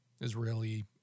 Israeli